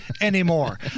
anymore